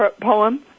poem